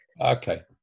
okay